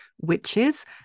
witches